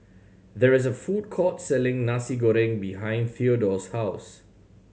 there is a food court selling Nasi Goreng behind Theodore's house